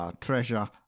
treasure